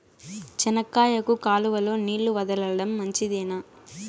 చెనక్కాయకు కాలువలో నీళ్లు వదలడం మంచిదేనా?